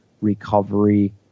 recovery